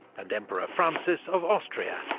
and emperor francis of austria,